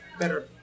Better